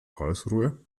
karlsruhe